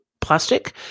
plastic